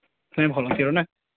ନାହିଁ ଭଲ କ୍ଷୀର ନା